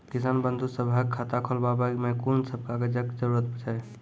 किसान बंधु सभहक खाता खोलाबै मे कून सभ कागजक जरूरत छै?